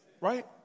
right